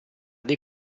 dei